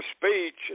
speech